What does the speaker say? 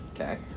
Okay